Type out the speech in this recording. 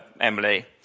Emily